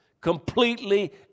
completely